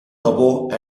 above